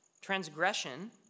Transgression